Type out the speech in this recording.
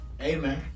Amen